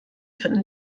finden